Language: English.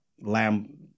Lamb